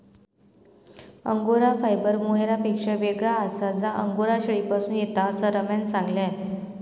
angora fibre मोहायरपेक्षा येगळा आसा जा अंगोरा शेळीपासून येता, असा रम्यान सांगल्यान